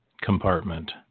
compartment